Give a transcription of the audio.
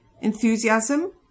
enthusiasm